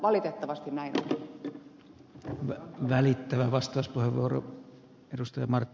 valitettavasti näin on